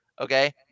okay